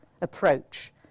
approach